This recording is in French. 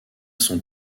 son